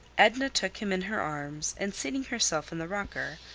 edna took him in her arms, and seating herself in the rocker,